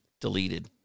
deleted